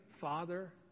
father